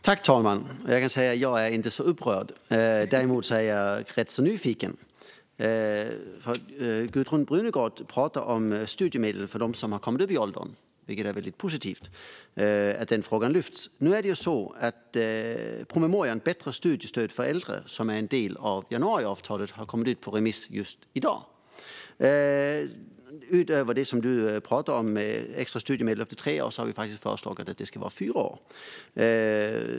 Fru talman! Jag är inte så upprörd. Däremot är jag rätt nyfiken. Gudrun Brunegård talar om studiemedel för dem som har kommit upp i åldrarna. Det är positivt att den frågan lyfts. Promemorian Bättre studiestöd för äldre , som är en del av januariavtalet, har ju kommit ut på remiss just i dag. Utöver det som Gudrun Brunegård talar om, alltså extra studiemedel i upp till tre år, har vi faktiskt föreslagit att det ska vara fyra år.